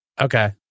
okay